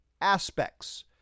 aspects